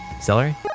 Celery